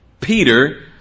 Peter